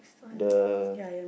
the